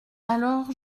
alors